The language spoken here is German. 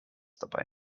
dabei